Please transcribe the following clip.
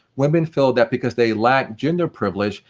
women feel that, because they lack gender privilege,